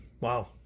Wow